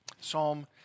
Psalm